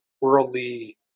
worldly